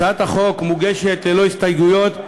הצעת החוק מוגשת ללא הסתייגויות,